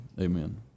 amen